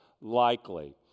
likely